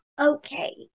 okay